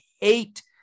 hate